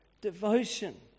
devotion